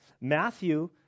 Matthew